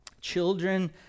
children